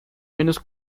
menos